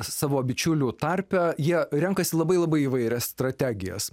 savo bičiulių tarpe jie renkasi labai labai įvairias strategijas